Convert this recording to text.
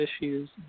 issues